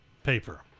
paper